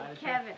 Kevin